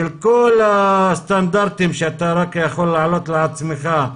של כל הסטנדרטים שאתה רק יכול להעלות על דעתך.